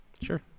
Sure